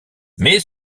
mais